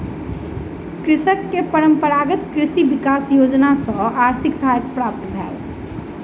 कृषक के परंपरागत कृषि विकास योजना सॅ आर्थिक सहायता प्राप्त भेल